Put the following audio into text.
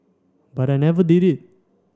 but I never did it